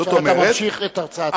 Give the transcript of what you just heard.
עכשיו אתה ממשיך את הרצאתך.